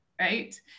right